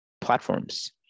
platforms